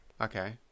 Okay